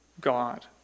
God